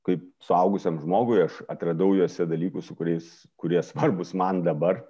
kaip suaugusiam žmogui aš atradau juose dalykus su kuriais kurie svarbūs man dabar